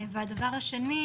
ושנית,